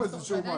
ועדיין הן שורדות.